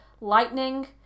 lightning